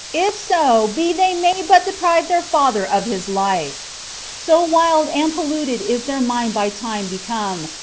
if so be they may but deprive their father of his life so wild and polluted is their mind by time become,